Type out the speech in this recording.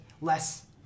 less